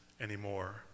anymore